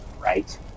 right